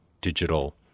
digital